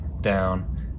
down